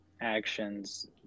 actions